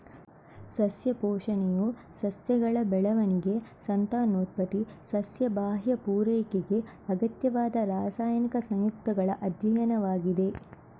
ಸಸ್ಯ ಪೋಷಣೆಯು ಸಸ್ಯಗಳ ಬೆಳವಣಿಗೆ, ಸಂತಾನೋತ್ಪತ್ತಿ, ಸಸ್ಯ ಬಾಹ್ಯ ಪೂರೈಕೆಗೆ ಅಗತ್ಯವಾದ ರಾಸಾಯನಿಕ ಸಂಯುಕ್ತಗಳ ಅಧ್ಯಯನವಾಗಿದೆ